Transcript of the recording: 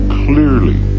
clearly